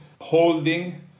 holding